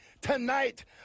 Tonight